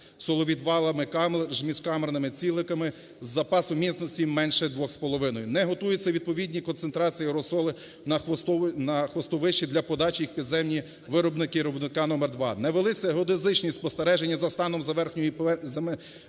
соловідвалами між камерними цигликами з запасу міцності менше 2,5. Не готуються відповідні концентрації і розсоли на хвостовищі для подачі їх в підземні виробники… виробника номер 2. Не велися геодезичні спостереження за станом за земною поверхнею